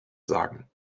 sagen